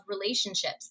relationships